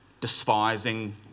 despising